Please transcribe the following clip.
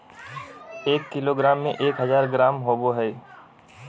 एक किलोग्राम में एक हजार ग्राम होबो हइ